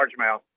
largemouth